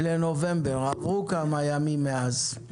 עברו כמה ימים מאז.